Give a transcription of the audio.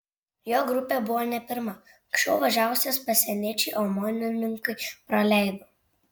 jo grupė buvo ne pirma anksčiau važiavusias pasieniečiai omonininkai praleido